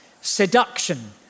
seduction